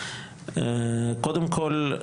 קודם כל,